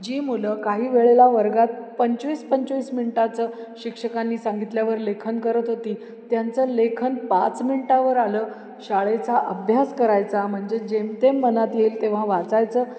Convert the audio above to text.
जी मुलं काही वेळेला वर्गात पंचवीस पंचवीस मिनटाचं शिक्षकांनी सांगितल्यावर लेखन करत होती त्यांचं लेखन पाच मिनटावर आलं शाळेचा अभ्यास करायचा म्हणजे जेमतेम मनात येईल तेव्हा वाचायचं